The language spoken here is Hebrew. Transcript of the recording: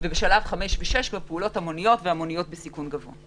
ובשלב 5 ו-6 פעולות המוניות ובסיכון גבוה.